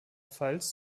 pfalz